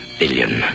billion